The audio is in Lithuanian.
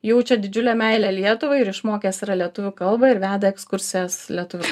jaučia didžiulę meilę lietuvai ir išmokęs yra lietuvių kalbą ir veda ekskursijas lietuvių